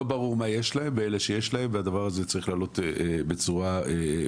לא ברור מה יש להם והדבר הזה צריך לעלות בצורה מסודרת.